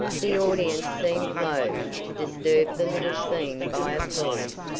the audience seemed loath to disturb the little scene by applause,